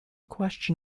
question